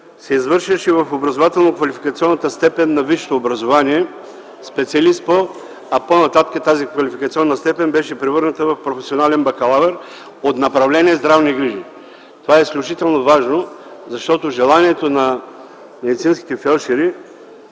се извършваше в образователно-квалификационната степен на висшето образование „специалист по”, а по-нататък тази квалификационна степен беше превърната в „професионален бакалавър” от направление „Здравни грижи”. Това е изключително важно, защото желанието на медицинските фелдшери,